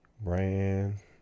brand